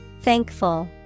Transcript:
Thankful